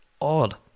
Odd